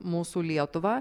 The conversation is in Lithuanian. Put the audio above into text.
mūsų lietuvą